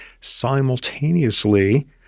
simultaneously